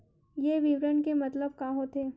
ये विवरण के मतलब का होथे?